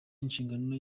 inshingano